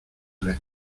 red